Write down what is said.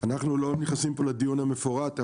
אנחנו לא נכנסים פה לדיון המפורט,